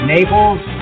Naples